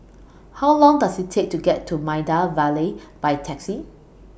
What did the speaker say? How Long Does IT Take to get to Maida Vale By Taxi